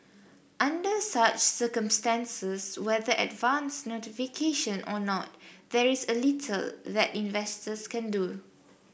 under such circumstances whether advance notification or not there is a little that investors can do